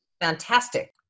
fantastic